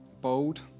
bold